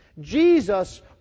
Jesus